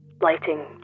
lighting